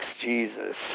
Jesus